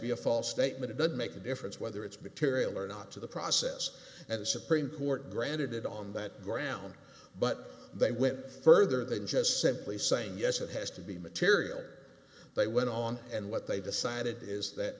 be a false statement it doesn't make a difference whether it's bit to rail or not to the process and the supreme court granted it on that ground but they went further than just simply saying yes it has to be material they went on and what they decided is that